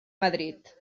madrid